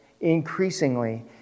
increasingly